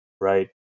Right